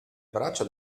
braccia